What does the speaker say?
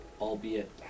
albeit